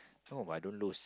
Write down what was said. no but I don't lose